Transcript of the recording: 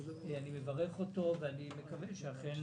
אני מברך אותו ואני מקווה שאכן